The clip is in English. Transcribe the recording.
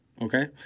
okay